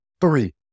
three